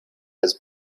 has